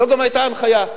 זו גם היתה ההנחיה: